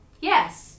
Yes